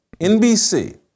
NBC